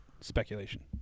speculation